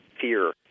fear